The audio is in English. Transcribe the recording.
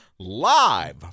Live